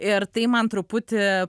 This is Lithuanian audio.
ir tai man truputį